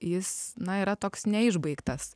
jis na yra toks neišbaigtas